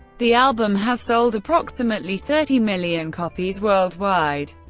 the album has sold approximately thirty million copies worldwide,